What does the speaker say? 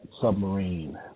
submarine